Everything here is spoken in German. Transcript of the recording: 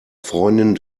freundin